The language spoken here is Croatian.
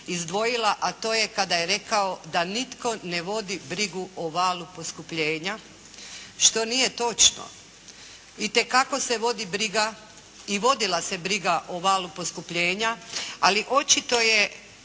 izdvojila a to je kada je rekao da nitko ne vodi brigu o valu poskupljenja, što nije točno. Itekako se vodi briga i vodila se briga o valu poskupljenja ali očito je